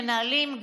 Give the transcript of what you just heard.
מנהלים,